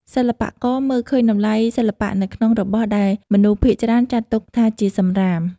សិល្បករមើលឃើញតម្លៃសិល្បៈនៅក្នុងរបស់ដែលមនុស្សភាគច្រើនចាត់ទុកថាជាសម្រាម។